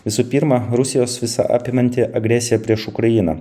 visų pirma rusijos visa apimanti agresija prieš ukrainą